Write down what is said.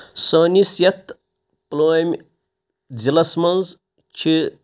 سٲنِس یَتھ پُلوٲمۍ ضِلعس منٛز چھِ